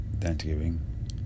Thanksgiving